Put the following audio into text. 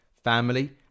family